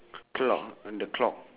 c~ clock on the clock